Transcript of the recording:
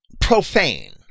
profane